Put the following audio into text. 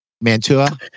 Mantua